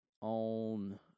on